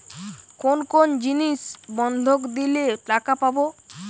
কোন কোন জিনিস বন্ধক দিলে টাকা পাব?